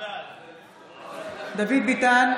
דוד ביטן,